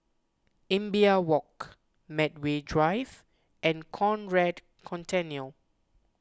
Imbiah Walk Medway Drive and Conrad Centennial